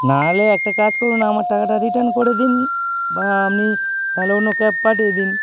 না হলে একটা কাজ করুন আমার টাকাটা রিটার্ন করে দিন বা আপনি তাহলে অন্য ক্যাব পাঠিয়ে দিন